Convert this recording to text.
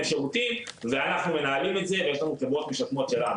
שירותים ואנחנו מנהלים את זה ויש לנו חברות משקמות שלנו,